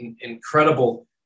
incredible